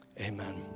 amen